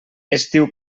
estiu